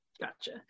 gotcha